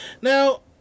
Now